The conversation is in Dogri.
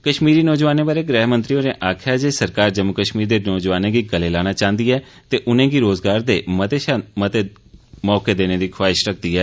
कश्मीरी नौजवानें बारै गृह मंत्री होरें आखेआ जे सरकार जम्मू कश्मीर दे नौजवानें गी गले लाना चांहदी ऐ ते उनें'गी रोजगार दे मते शा मते मौके देने दी ख्वाहिशमंद ऐ